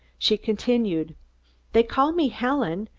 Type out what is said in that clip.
she continued they call me helen,